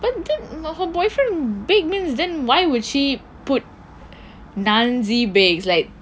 her boyfriend bake means then why would she put nosey bakes like